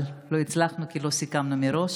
אבל לא הצלחנו כי לא סיכמנו מראש.